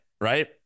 Right